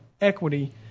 equity